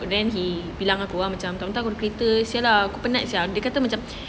then he bilang aku macam kamu tahu buat kereta sia lah aku penat sia ambil kereta macam